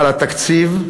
על התקציב,